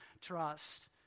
trust